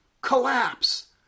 collapse